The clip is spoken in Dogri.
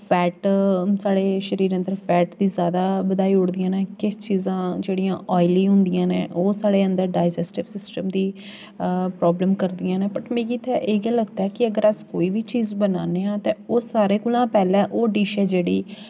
फैट साढ़े शरीरै अंदर फैट गी ज्यादा बधाई ओड़दियां नं किश चीजां जेह्ड़ियां आयली होंदियां न ओह् साढ़े अंदर डाईजेस्टिब सिस्टम गी प्राब्लम करदियां न बट्ट मिगी ते इ'यै लगदा ऐ कि अगर अस कोई बी चीज बनाने आं ते ओह् सारें कोला पैह्लै ओह् डिश ऐ जेह्ड़ी